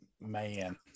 man